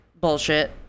bullshit